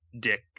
dick